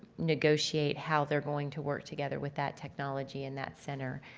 negotiate how they're going to work together with that technology in that center.